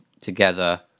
Together